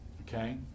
okay